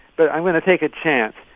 but i'm going to take a chance.